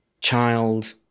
child